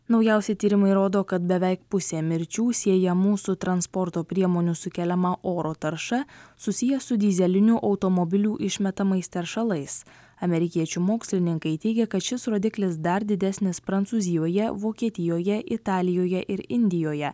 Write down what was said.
naujausi tyrimai rodo kad beveik pusė mirčių siejamų su transporto priemonių sukeliama oro tarša susiję su dyzelinių automobilių išmetamais teršalais amerikiečių mokslininkai teigia kad šis rodiklis dar didesnis prancūzijoje vokietijoje italijoje ir indijoje